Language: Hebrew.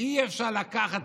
אי-אפשר לקחת,